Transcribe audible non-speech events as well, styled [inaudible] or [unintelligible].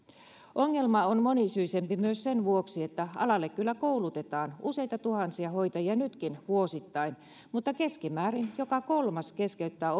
ongelma on monisyisempi myös sen vuoksi että alalle kyllä koulutetaan useita tuhansia hoitajia nytkin vuosittain mutta keskimäärin joka kolmas keskeyttää [unintelligible]